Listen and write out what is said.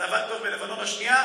זה עבד טוב במלחמת לבנון השנייה,